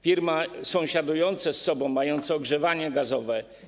Firmy sąsiadujące ze sobą, mające ogrzewanie gazowe.